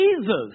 Jesus